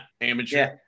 amateur